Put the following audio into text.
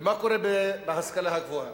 ומה קורה בהשכלה הגבוהה?